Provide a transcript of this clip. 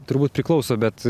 turbūt priklauso bet